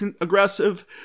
aggressive